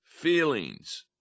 feelings